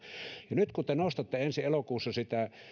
ja nyt kun te nostatte ensi elokuussa sitä